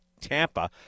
Tampa